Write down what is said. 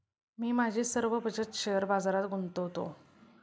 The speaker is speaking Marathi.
मी माझी सर्व बचत शेअर बाजारात गुंतवतो